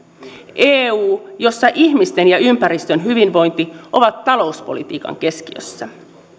eu jossa ihmisten ja ympäristön hyvinvointi ovat talouspolitiikan keskiössä